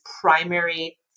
primary